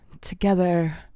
Together